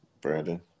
Brandon